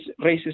racist